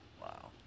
Wow